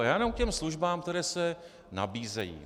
Já jenom k těm službám, které se nabízejí.